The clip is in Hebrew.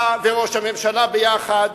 אתה וראש הממשלה ביחד